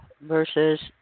versus